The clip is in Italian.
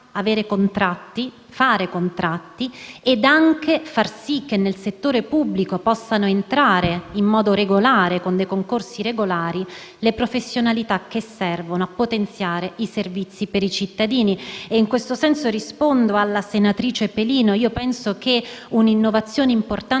avere contratti, fare contratti ed anche far sì che nel settore pubblico possano entrare in modo regolare, con concorsi regolari, le professionalità che servono a potenziare i servizi per i cittadini. In questo senso rispondo alla senatrice Pelino: una innovazione importante